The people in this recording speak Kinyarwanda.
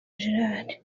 gérard